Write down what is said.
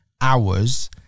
hours